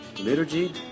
liturgy